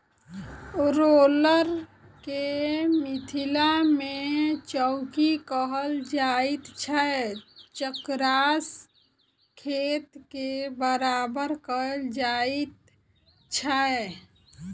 roller के मिथिला मे चौकी कहल जाइत छै जकरासँ खेत के बराबर कयल जाइत छै